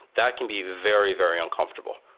that can be very, very uncomfortable.